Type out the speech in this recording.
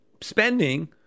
spending